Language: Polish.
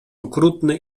okrutny